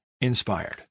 inspired